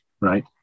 right